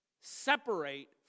separate